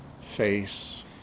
face